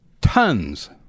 tons